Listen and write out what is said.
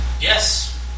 Yes